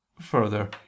Further